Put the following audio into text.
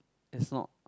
it's not